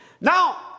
Now